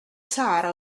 sahara